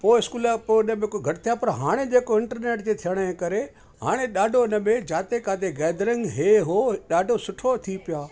पोइ स्कूल लाइ स्कूल घटि थिया पर हाणे जेको इंटरनेट जे थियण जे करे हाणे ॾाढो हिनमें जिथे किथे गेदरिंग हे हो ॾाढो सुठो थी पियो आहे